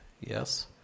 yes